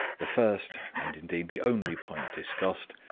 the first, and indeed the only point discussed,